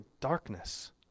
darkness